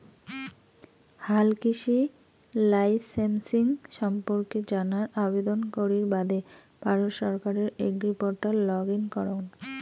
হালকৃষি লাইসেমসিং সম্পর্কে জানার আবেদন করির বাদে ভারত সরকারের এগ্রিপোর্টাল লগ ইন করঙ